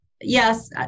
Yes